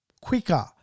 quicker